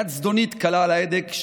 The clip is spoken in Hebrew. יד זדונית קלה על ההדק,